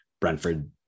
Brentford